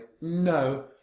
No